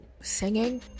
singing